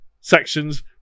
sections